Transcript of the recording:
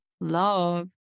love